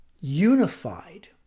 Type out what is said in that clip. unified